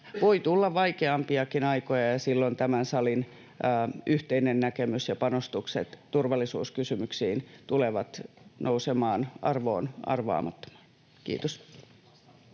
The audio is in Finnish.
voi tulla vaikeampiakin aikoja, ja silloin tämän salin yhteinen näkemys ja panostukset turvallisuuskysymyksiin tulevat nousemaan arvoon arvaamattomaan. — Kiitos.